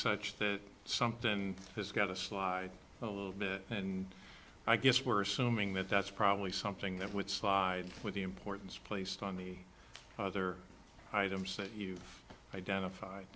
such that something has got to slide a little bit and i guess we're sume ing that that's probably something that would slide with the importance placed on the other items that you identified